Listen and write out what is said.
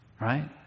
Right